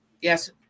Yes